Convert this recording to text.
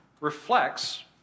reflects